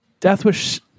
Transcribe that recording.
Deathwish